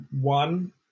One